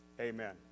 Amen